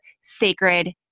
sacred